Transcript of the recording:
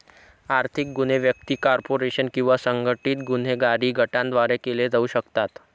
आर्थिक गुन्हे व्यक्ती, कॉर्पोरेशन किंवा संघटित गुन्हेगारी गटांद्वारे केले जाऊ शकतात